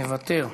מוותר,